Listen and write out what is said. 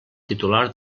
titular